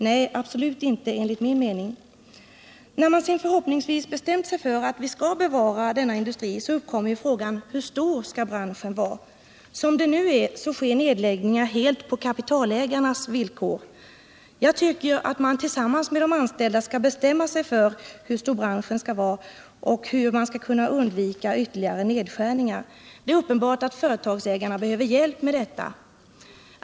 Nej, enligt min mening absolut inte. Är man sedan förhoppningsvis bestämt att vi skall bevara denna industri uppkommer frågan: Hur stor skall branschen vara? Som det nu är sker nedläggningar helt på kapitalägarnas villkor. Jag tycker att man tillsammans med de anställda skall bestämma sig för hur stor branschen skall vara och hur man skall kunna undvika ytterligare nedskärningar. Det är uppenbart att företagsägarna behöver hjälp med detta.